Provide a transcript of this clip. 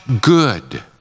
good